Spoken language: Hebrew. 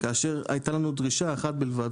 כאשר הייתה לנו דרישה אחת בלבד,